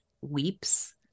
weeps